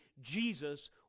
Jesus